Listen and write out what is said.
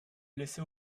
blessé